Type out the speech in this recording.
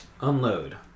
unload